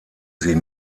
sie